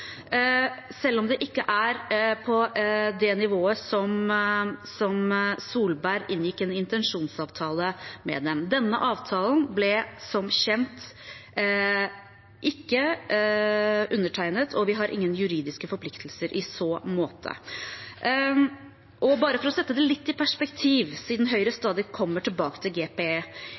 selv om den ikke er på det nivået som Solberg inngikk en intensjonsavtale med dem om. Denne avtalen ble som kjent ikke undertegnet, og vi har ingen juridiske forpliktelser i så måte. Bare for å sette det litt i perspektiv, siden Høyre stadig kommer tilbake til GPE: